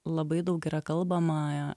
labai daug yra kalbama